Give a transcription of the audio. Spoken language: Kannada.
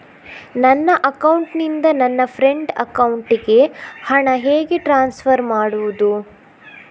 ನನ್ನ ಅಕೌಂಟಿನಿಂದ ನನ್ನ ಫ್ರೆಂಡ್ ಅಕೌಂಟಿಗೆ ಹಣ ಹೇಗೆ ಟ್ರಾನ್ಸ್ಫರ್ ಮಾಡುವುದು?